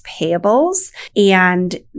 payables—and